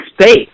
space